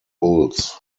bulls